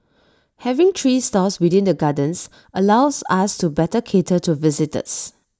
having three stores within the gardens allows us to better cater to visitors